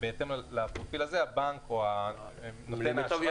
כשבהתאם לפרופיל הזה הבנק או נותן האשראי